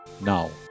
now